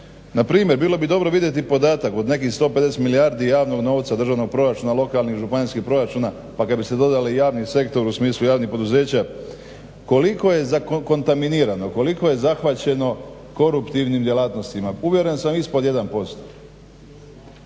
Npr. bilo bi dobro vidjeti podatak od nekih 150 milijardi javnog novca državnog proračuna lokalnih i županijskih proračuna pa kad bi se dodali javnom sektoru u smislu javnih poduzeća koliko je zakontaminirano, koliko je zahvaćeno koruptivnim djelatnostima. Uvjeren sam ispod 1%.